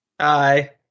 Hi